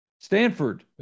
Stanford